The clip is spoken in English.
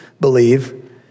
believe